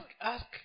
ask